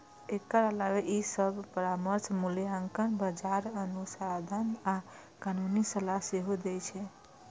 एकर अलावे ई सभ परामर्श, मूल्यांकन, बाजार अनुसंधान आ कानूनी सलाह सेहो दै छै